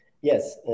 Yes